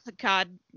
god